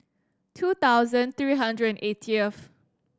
two thousand three hundred and eightieth